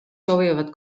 soovivad